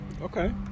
Okay